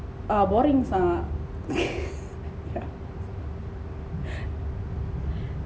ah boring ah